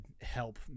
help